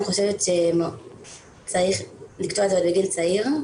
אני חושבת שצריך לקטוע את זה בגיל צעיר,